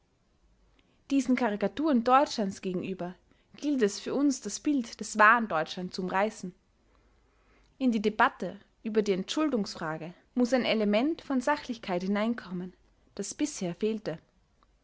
diesen karikaturen deutschlands gegenüber gilt es für uns das bild des wahren deutschland zu umreißen in die debatte über die entschuldungsfrage muß ein element von sachlichkeit hineinkommen das bisher fehlte